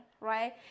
right